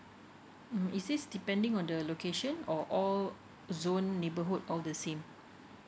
mm is this depending on the location or all zone neighbourhood all the same